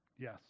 Yes